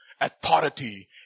authority